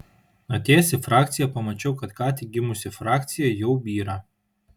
atėjęs į frakciją pamačiau kad ką tik gimusi frakcija jau byra